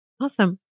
Awesome